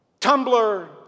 Tumblr